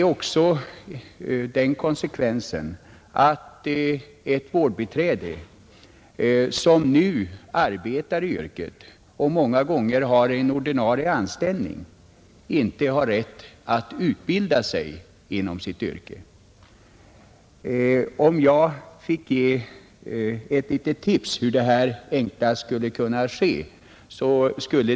Konsekvensen blir också att ett vårdbiträde, som nu arbetar i yrket och kanske har en ordinarie anställning, inte har rätt att utbilda sig inom sitt yrke. Jag vill ge ett litet tips om hur detta enklast skall kunna ske.